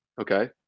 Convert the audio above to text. okay